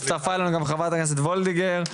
הצטרפה אלינו גם חברת הכנסת וולדיגר.